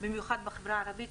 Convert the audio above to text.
במיוחד בחברה הערבית,